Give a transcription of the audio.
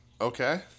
Okay